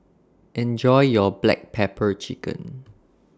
Enjoy your Black Pepper Chicken